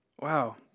Wow